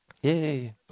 Yay